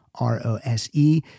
R-O-S-E